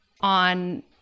on